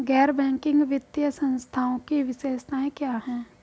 गैर बैंकिंग वित्तीय संस्थानों की विशेषताएं क्या हैं?